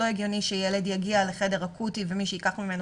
לא הגיוני שילד יגיע לחדר אקוטי ומי שייקח ממנו